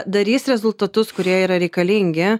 darys rezultatus kurie yra reikalingi